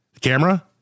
Camera